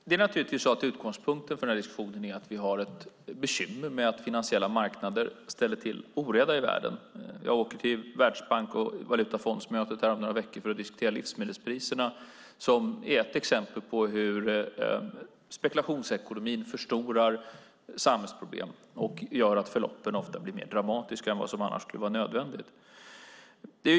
Herr talman! Utgångspunkten för den här diskussionen är naturligtvis att vi har ett bekymmer med att finansiella marknader ställer till oreda i världen. Om några veckor åker jag till världsbanks och valutafondsmötet för att diskutera livsmedelspriserna som är ett exempel på hur spekulationsekonomin förstorar samhällsproblem och gör att förloppen ofta blir mer dramatiska än som annars skulle vara nödvändigt.